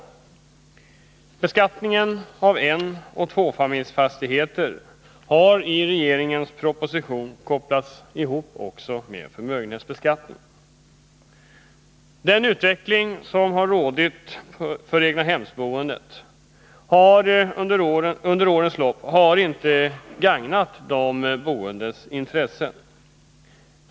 Beskattningen av enoch tvåfamiljsfastigheter har i regeringens proposition kopplats ihop med förmögenhetsbeskattningen. Den utveckling som har förekommit när det gäller egnahemsboendet har under årens lopp inte gagnat de boendes intressen.